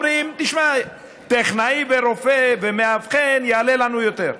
אומרים: תשמע, טכנאי ורופא ומאבחן יעלו לנו יותר,